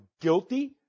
guilty